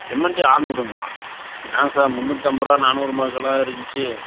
cement ஆற்நூறுங்களா என்னாங்க sir முன்னூத்தம்பதுரூவா நானூறு மக்கல்லா இருதுந்ச்சி